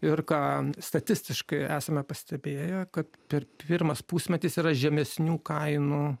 ir ką statistiškai esame pastebėję kad per pirmas pusmetis yra žemesnių kainų